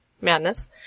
madness